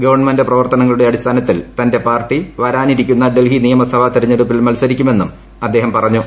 government പ്രവർത്തനങ്ങളുടെ അടിസ്ഥാനത്തിൽ തന്റെ പാർട്ടി വരാനിരിക്കുന്ന ഡൽഹി നിയമസഭാ തെരഞ്ഞെടുപ്പിൽ മത്സരിക്കുമെന്നും അദ്ദേഹം പറഞ്ഞു